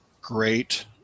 great